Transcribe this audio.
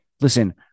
Listen